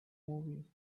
movie